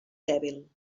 dèbil